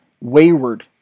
Wayward